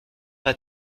pas